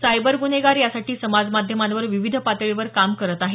cyber गुन्हेगार यासाठी समाजमाध्यमांवर विविध पातळीवर काम करत आहेत